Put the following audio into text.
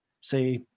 say